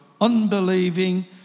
unbelieving